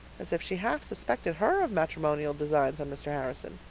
as if she half suspected her of matrimonial designs on mr. harrison.